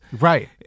Right